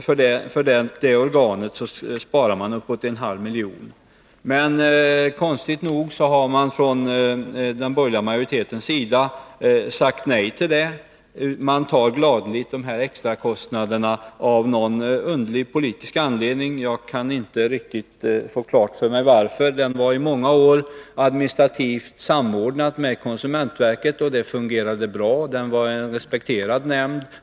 För det organet sparar man uppåt en halv miljon. Konstigt nog har man från den borgerliga majoritetens sida sagt nej till det förslaget. Man tar gladeligt de extra kostnaderna, av någon underlig politisk anledning — jag kan inte riktigt få klart för mig vilken. Allmänna reklamationsnämnden var i många år administrativt samordnad med konsumentverket, och det fungerade bra. Det var en respekterad nämnd.